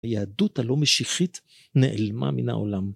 היהדות הלא משיחית נעלמה מן העולם